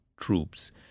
troops